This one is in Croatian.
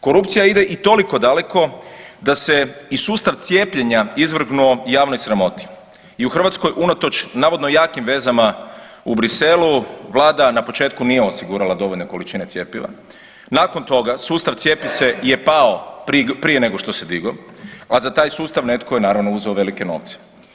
Korupcija ide i toliko daleko da se i sustav cijepljenja izvrgnuo javnoj sramoti i u Hrvatskoj unatoč navodno jakim vezama u Briselu vlada na početku nije osigurala dovoljne količine cjepiva, nakon toga sustav „Cijepi se“ je pao prije nego što se digao, a za taj sustav netko je naravno uzeo velike novce.